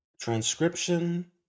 Transcription